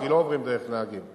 כי לא עוברים דרך נהגים.